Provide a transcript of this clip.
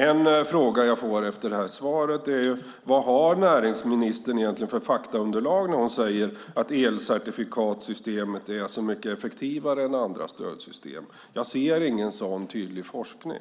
En fråga som uppstår efter det här svaret är vad näringsministern egentligen har för faktaunderlag när hon säger att elcertifikatssystemet är så mycket effektivare än andra stödsystem. Jag ser ingen sådan tydlig forskning.